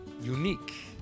unique